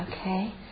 Okay